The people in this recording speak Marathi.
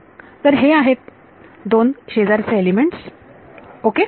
तर हे आहेत दोन शेजारचे एलिमेंट्स ओके